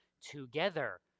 together